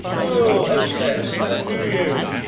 o, hostess, how do you?